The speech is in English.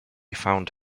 found